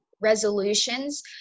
resolutions